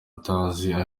utoza